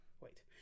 wait